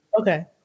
Okay